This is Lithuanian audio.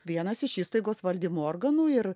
vienas iš įstaigos valdymo organų ir